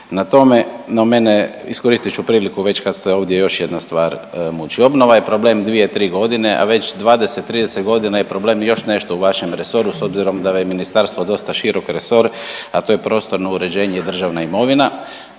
na tome, no mene, iskoristit ću priliku već kad ste ovdje, još jedna stvar muči. Obnova je problem 2-3.g., a već 20-30.g. je problem još nešto u vašem resoru s obzirom da je ministarstvo dosta širok resor, a to je prostorno uređenje i državna imovina,